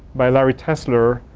by larry tesler,